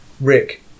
Rick